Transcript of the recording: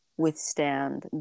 withstand